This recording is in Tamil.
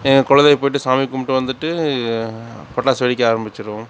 எங்கள் குலதெய்வம் போயிட்டு சாமி கும்பிட்டு வந்துட்டு பட்டாசு வெடிக்க ஆரம்பிச்சிடுவோம்